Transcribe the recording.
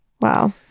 Wow